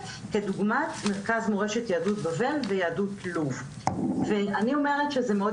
כדוגמת מרכז מורשת יהדות בבל ויהדות לוב ואני אומרת שזה מאוד